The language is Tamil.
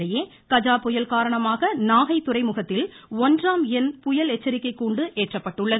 இதனிடையே கஜா புயல் காரணமாக நாகை துறைமுகத்தில் ஒன்றாம் எண் புயல் எச்சரிக்கை கூண்டு ஏற்றப்பட்டுள்ளது